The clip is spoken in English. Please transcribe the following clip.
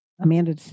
Amanda